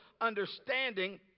understanding